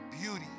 beauty